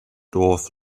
dwarf